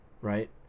right